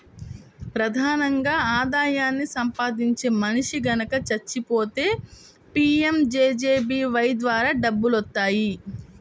ప్రధానంగా ఆదాయాన్ని సంపాదించే మనిషి గనక చచ్చిపోతే పీయంజేజేబీవై ద్వారా డబ్బులొత్తాయి